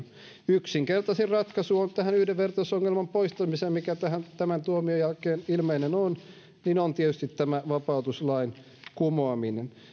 yksinkertaisin ratkaisuhan tähän yhdenvertaisuusongelman poistamiseen mikä tämän tuomion jälkeen ilmeinen on on tietysti tämä vapautuslain kumoaminen